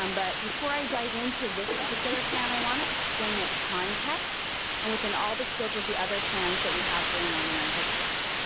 um but before i dive into this particular plan, i wanna explain its context and within all the scope of the other plans that we have going on in our district.